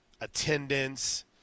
attendance